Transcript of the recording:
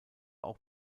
auch